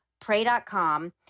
pray.com